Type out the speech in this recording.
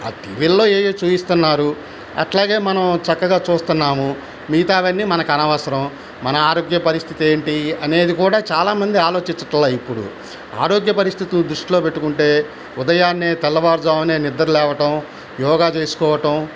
ఆ టీవీల్లో ఏవేవో చూయిస్తున్నారు అట్లాగే మనం చక్కగా చూస్తున్నాము మిగతావన్నీ మనకనవసరం మన ఆరోగ్య పరిస్థితి ఏంటి అనేది కూడా చాలామంది ఆలోచించటల్లా ఇప్పుడు ఆరోగ్య పరిస్థితితులు దృష్టిలో పెట్టుకుంటే ఉదయాన్నే తెల్లవారుజామునే నిద్రలేవటం యోగా చేసుకోవటం